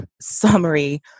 summary